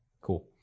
Cool